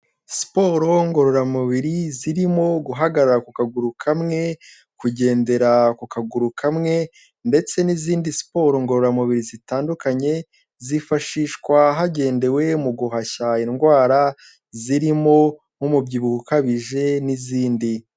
Siporo ngororamubiri zirimo guhagarara ku kaguru kamwe, kugendera ku kaguru kamwe, ndetse n'izindi siporo ngororamubiri zitandukanye, zifashishwa hagendewe mu guhashya indwara zirimo nk'umubyibuho ukabije n'izindi.